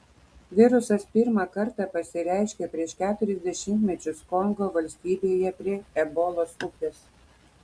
virusas pirmą kartą pasireiškė prieš keturis dešimtmečius kongo valstybėje prie ebolos upės